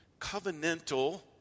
covenantal